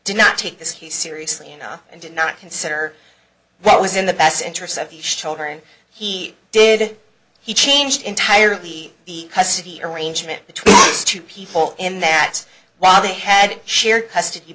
do not take this he seriously enough and did not consider what was in the best interests of the children he did he changed entirely the custody arrangement between two people in that while they had shared custody